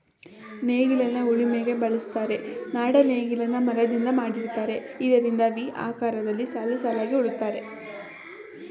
ನೇಗಿಲನ್ನ ಉಳಿಮೆಗೆ ಬಳುಸ್ತರೆ, ನಾಡ ನೇಗಿಲನ್ನ ಮರದಿಂದ ಮಾಡಿರ್ತರೆ ಇದರಿಂದ ವಿ ಆಕಾರದಲ್ಲಿ ಸಾಲುಸಾಲಾಗಿ ಉಳುತ್ತರೆ